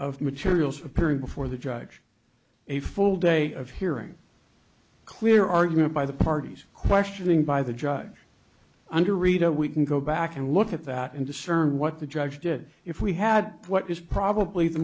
of materials appearing before the judge a full day of hearing clear argument by the parties questioning by the judge under read or we can go back and look at that and discern what the judge did if we had what was probably the